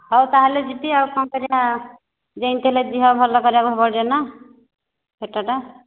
ହଉ ତା'ହେଲେ ଯିବି ଆଉ କ'ଣ କରିବା ଯେମିତି ହେଲେ ଦେହ ଭଲ କରିବାକୁ ପଡ଼ିବ ନା ପେଟଟା